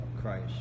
Christ